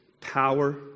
power